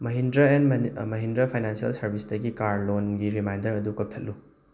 Mahindra and Mahindra financial ꯁꯥꯔꯕꯤꯁꯇꯒꯤ car ꯂꯣꯟꯒꯤ reminder ꯑꯗꯨ ꯀꯛꯊꯠꯂꯨ